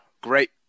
Great